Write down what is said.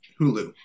Hulu